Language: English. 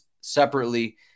separately